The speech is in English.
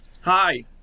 Hi